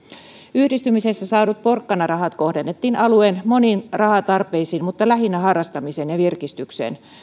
yhdistymisessä saadut porkkanarahat kohdennettiin alueen moniin rahatarpeisiin mutta lähinnä harrastamiseen ja virkistykseen